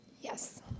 Yes